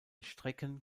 strecken